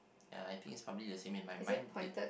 ya I think it's probably the same in my mind